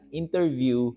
interview